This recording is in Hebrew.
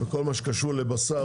כל מה שקשור לבשר,